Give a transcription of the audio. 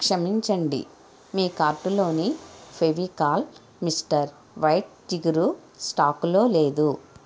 క్షమించండి మీ కార్టులోని ఫెవికాల్ మిస్టర్ వైట్ జిగురు స్టాకులో లేదు